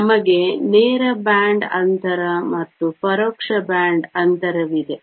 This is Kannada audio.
ನಮಗೆ ನೇರ ಬ್ಯಾಂಡ್ ಅಂತರ ಮತ್ತು ಪರೋಕ್ಷ ಬ್ಯಾಂಡ್ ಅಂತರವಿದೆ